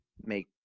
make